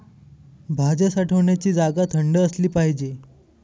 भाज्या साठवण्याची जागा थंड असली पाहिजे